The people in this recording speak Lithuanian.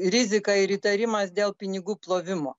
rizika ir įtarimas dėl pinigų plovimo